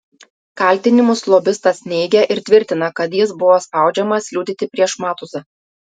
kaltinimus lobistas neigia ir tvirtina kad jis buvo spaudžiamas liudyti prieš matuzą